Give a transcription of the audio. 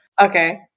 Okay